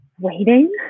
waiting